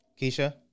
Keisha